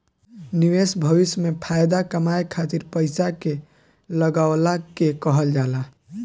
निवेश भविष्य में फाएदा कमाए खातिर पईसा के लगवला के कहल जाला